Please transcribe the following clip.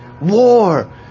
war